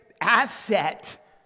asset